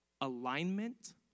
alignment